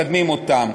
מקדמים אותם.